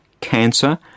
cancer